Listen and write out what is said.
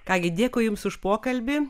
ką gi dėkui jums už pokalbį